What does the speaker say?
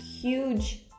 huge